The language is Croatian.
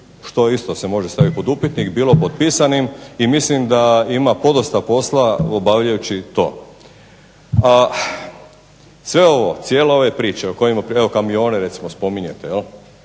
što se isto može staviti pod upitnik, bilo pod pisanim i mislim danima podosta posla obavljajući to. A sve ovo cijela ova priča, evo Kamione recimo spominjete, ha